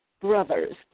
brothers